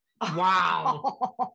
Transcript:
Wow